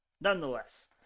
nonetheless